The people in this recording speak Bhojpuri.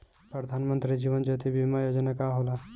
प्रधानमंत्री जीवन ज्योति बीमा योजना का होला?